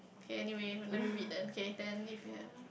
K anyway let me read then okay then if you ever